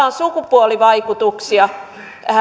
on sukupuolivaikutuksia